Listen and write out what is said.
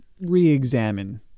re-examine